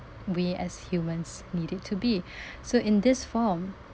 we as humans need it to be so in this form